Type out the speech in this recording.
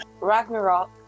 Ragnarok